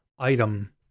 Item